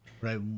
Right